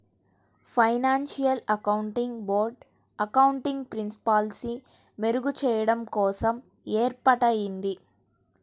financial accounting board accounting ప్రిన్సిపల్స్ని మెరుగుచెయ్యడం కోసం ఏర్పాటయ్యింది